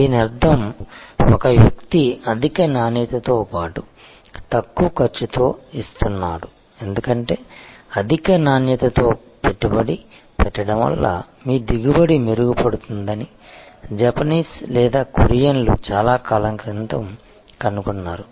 దీని అర్థం ఒక వ్యక్తి అధిక నాణ్యతతో పాటు తక్కువ ఖర్చుతో ఇస్తున్నాడు ఎందుకంటే అధిక నాణ్యతతో పెట్టుబడి పెట్టడం వల్ల మీ దిగుబడి మెరుగుపడుతుందని జపనీస్ లేదా కొరియన్లు చాలా కాలం క్రితం కనుగొన్నారు